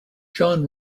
john